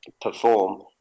perform